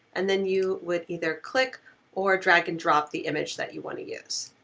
and then you would either click or drag and drop the image that you wanna use.